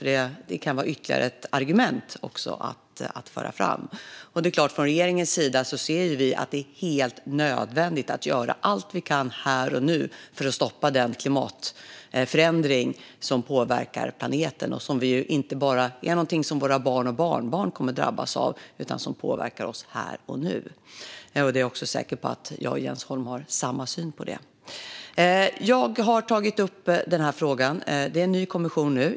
Det kan vara ytterligare ett argument att föra fram. Regeringen ser att det är helt nödvändigt att göra allt vi kan här och nu för att stoppa den klimatförändring som påverkar planeten. Detta är inte något som bara kommer att drabba våra barn och barnbarn, utan det påverkar oss här och nu. Jag är säker på att Jens Holm och jag har samma syn på det här. Det är en ny kommission nu.